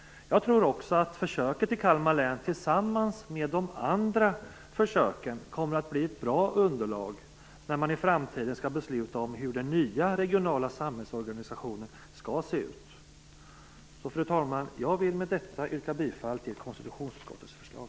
Jag tror också att försöket i Kalmar län, tillsammans med de andra försöken, kommer att bli ett bra underlag när man i framtiden skall besluta om hur den nya regionala samhällsorganisationen skall se ut. Fru talman! Jag vill med detta yrka bifall till konstitutionsutskottets förslag.